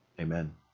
Amen